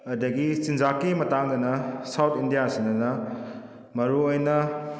ꯑꯗꯒꯤ ꯆꯤꯟꯖꯥꯛꯀꯤ ꯃꯇꯥꯡꯗꯅ ꯁꯥꯎꯠ ꯏꯟꯗꯤꯌꯥꯁꯤꯗꯅ ꯃꯔꯨꯑꯣꯏꯅ